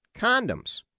condoms